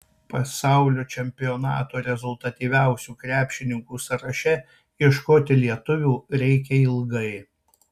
pasaulio čempionato rezultatyviausių krepšininkų sąraše ieškoti lietuvių reikia ilgai